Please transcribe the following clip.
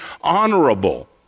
honorable